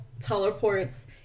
teleports